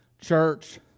church